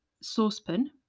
saucepan